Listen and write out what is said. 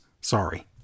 Sorry